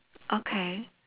okay